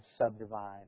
subdivide